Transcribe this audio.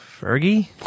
Fergie